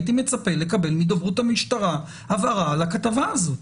אבל הייתי מצפה לקבל מדוברות המשטרה הבהרה על הכתבה הזאת.